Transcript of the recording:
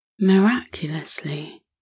Miraculously